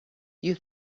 you